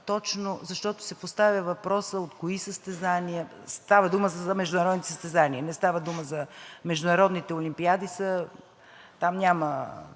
уточним, защото се поставя въпросът от кои състезания, става дума за международните състезания. Не става дума за международните олимпиади. Там няма